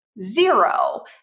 zero